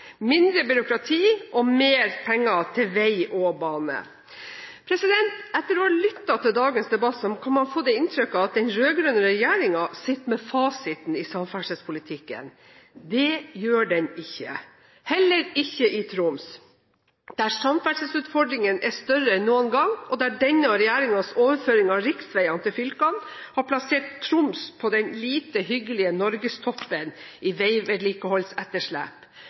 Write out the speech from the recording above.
mindre byråkrati og mer penger til vei og bane. Etter å ha lyttet til dagens debatt kan man få inntrykk av at den rød-grønne regjeringen sitter med fasiten i samferdselspolitikken. Det gjør den ikke – heller ikke i Troms, der samferdselsutfordringene er større enn noen gang, og der denne regjeringens overføring av riksveiene til fylkene har plassert Troms på den lite hyggelige norgestoppen i veivedlikeholdsetterslep.